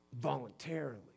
voluntarily